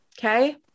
okay